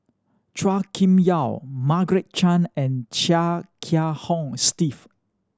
Chua Kim Yeow Margaret Chan and Chia Kiah Hong Steve